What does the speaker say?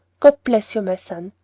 god bless you, my son!